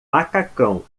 macacão